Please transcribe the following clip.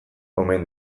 omen